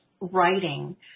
writing